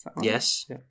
Yes